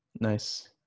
Nice